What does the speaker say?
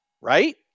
Right